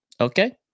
okay